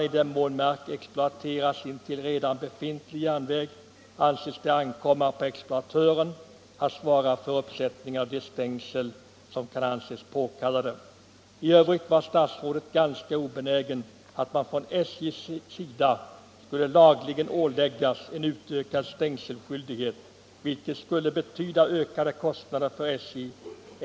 I den mån mark exploateras intill redan befintlig järnväg, anses det ankomma på exploatören att svara för uppsättningen av de stängsel som kan anses påkallade. I övrigt var statsrådet ganska obenägen att gå med på att SJ skulle lagligen åläggas en ökad stängselskyldighet, vilket skulle betyda ökade kostnader för SJ.